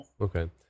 okay